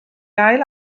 ail